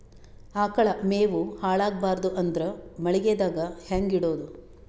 ಆಕಳ ಮೆವೊ ಹಾಳ ಆಗಬಾರದು ಅಂದ್ರ ಮಳಿಗೆದಾಗ ಹೆಂಗ ಇಡೊದೊ?